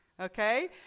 okay